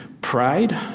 pride